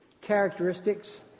characteristics